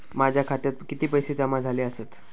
माझ्या खात्यात किती पैसे जमा झाले आसत?